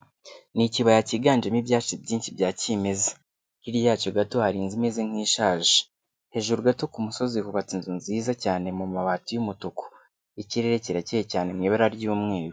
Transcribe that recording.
Ni ikibaya cyiganjemo ibyatsi byinshi bya kimeza, hirya yacyo gato hari inzu imeze nk'ishaje, hejuru gato ku musozi hubatse inzu nziza cyane mu mabati y'umutuku, ikirere kirakeye cyane mu ibara ry'umweru.